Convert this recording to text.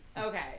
Okay